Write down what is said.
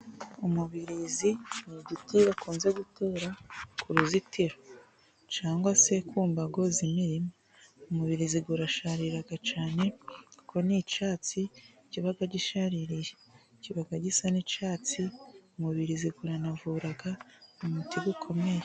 Umubirizi ni igiti bakunze gutera, k' uruzitiro cyangwa se ku mbago y' imirima. Umubirizi urasharira cyane kuko ni icyatsi kiba gishaririye, kiba gisa n' icyatsi, umubirizi uranavura ni umuti ukomeye.